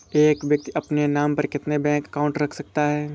एक व्यक्ति अपने नाम पर कितने बैंक अकाउंट रख सकता है?